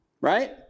right